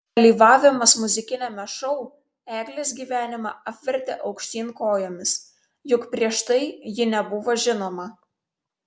dalyvavimas muzikiniame šou eglės gyvenimą apvertė aukštyn kojomis juk prieš tai ji nebuvo žinoma